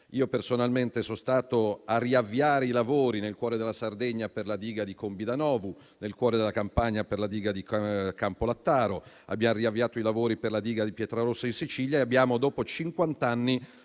Io personalmente sono stato a riavviare i lavori nel cuore della Sardegna per la diga di Cumbidanovu, nel cuore della Campania per la diga di Campolattaro. Abbiamo riavviato i lavori per la diga di Pietrarossa in Sicilia e abbiamo, dopo